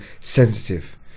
sensitive